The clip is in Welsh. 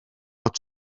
fod